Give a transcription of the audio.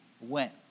went